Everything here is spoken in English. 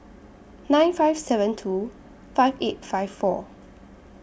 nine five seven two five eight five four